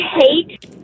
hate